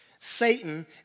Satan